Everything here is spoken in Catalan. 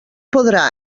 podrà